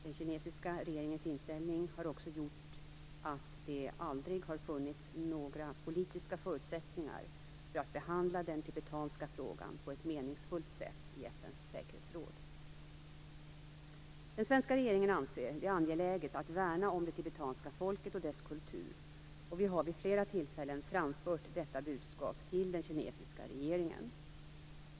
Den kinesiska regeringens inställning har också gjort att det aldrig har funnits några politiska förutsättningar för att behandla den tibetanska frågan på ett meningsfullt sätt i FN:s säkerhetsråd. Den svenska regeringen anser det angeläget att värna om det tibetanska folket och dess kultur och har vid flera tillfällen framfört detta budskap till den kinesiska regeringen.